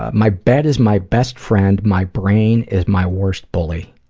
ah my bed is my best friend. my brain is my worst bully.